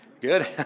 Good